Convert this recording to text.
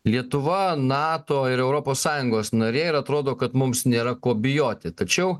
lietuva nato ir europos sąjungos narė ir atrodo kad mums nėra ko bijoti tačiau